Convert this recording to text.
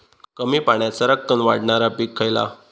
कमी पाण्यात सरक्कन वाढणारा पीक खयला?